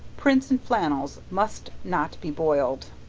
prints and flannels must not be boiled.